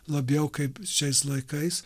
labiau kaip šiais laikais